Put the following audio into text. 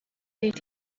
leta